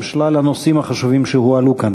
עם שלל הנושאים החשובים שהועלו כאן.